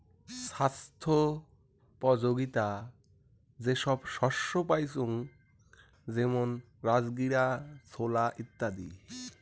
ছাস্থ্যোপযোগীতা যে সব শস্য পাইচুঙ যেমন রাজগীরা, ছোলা ইত্যাদি